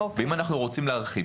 אם אנחנו רוצים להרחיב,